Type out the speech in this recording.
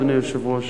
אדוני היושב-ראש.